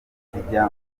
zijya